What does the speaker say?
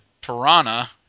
Piranha